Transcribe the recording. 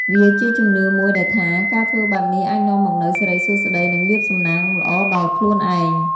វាជាជំនឿមួយដែលថា ការធ្វើបែបនេះអាចនាំមកនូវសិរីសួស្តី និងលាភសំណាងល្អដល់ខ្លួនឯង។